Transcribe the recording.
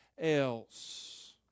else